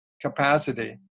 capacity